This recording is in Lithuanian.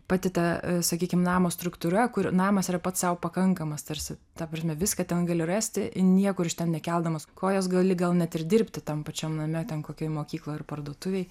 pati ta sakykim namo struktūra kur namas yra pats sau pakankamas tarsi ta prasme viską ten gali rasti į niekur iš ten nekeldamas kojos gali gal net ir dirbti tam pačiam name ten kokioj mokykloj ar parduotuvėj